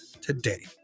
today